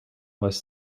was